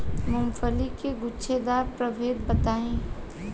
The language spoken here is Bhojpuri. मूँगफली के गूछेदार प्रभेद बताई?